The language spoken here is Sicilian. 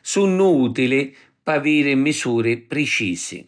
Sunnu utili p’aviri misuri precisi.